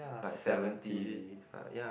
like seventy ya